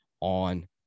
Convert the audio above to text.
on